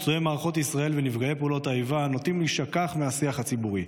פצועי מערכות ישראל ונפגעי פעולות האיבה נוטים להישכח מהשיח הציבורי.